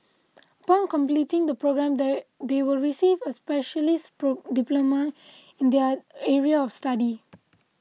upon completing the programme they they will receive a specialist diploma in their area of study